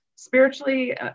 spiritually